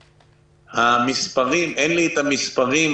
אין לי את המספרים,